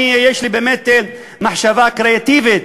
אני, יש לי באמת מחשבה קריאטיבית,